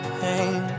pain